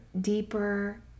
deeper